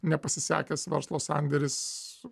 nepasisekęs verslo sandėris